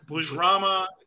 drama